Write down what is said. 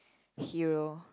hero